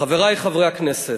חברי חברי הכנסת,